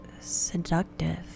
seductive